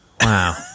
Wow